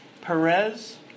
Perez